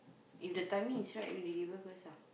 if the timing is right we delivery first ah